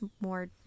more